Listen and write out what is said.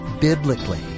biblically